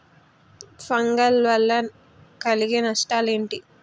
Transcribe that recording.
Fungal వల్ల కలిగే నష్టలేంటి?